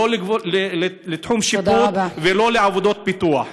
לא לתחום שיפוט ולא לעבודות פיתוח.